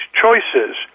choices